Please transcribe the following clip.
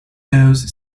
cause